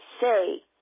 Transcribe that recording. say